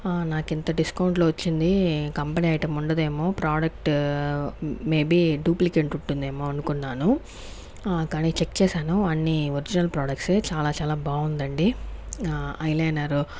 నాకింత డిస్కౌంట్ లో వచ్చింది కంపెనీ ఐటమ్ ఉండదేమో ప్రాడక్టు మేబి డూప్లికేంట్ ఉంటుందేమో అనుకున్నాను కానీ చెక్ చేశాను అన్ని ఒరిజినల్ ప్రాడక్ట్స్ ఏ చాలా చాలా బాగుందండి ఐ లైనరు